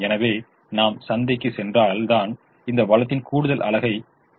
எனவே நாம் சந்தைக்குச் சென்றால் தான் இந்த வளத்தின் கூடுதல் அலகை வாங்க முடியும்